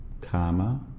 karma